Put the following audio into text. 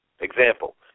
Example